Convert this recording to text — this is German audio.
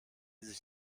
sich